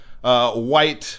white